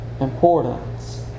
importance